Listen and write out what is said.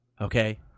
okay